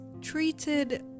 treated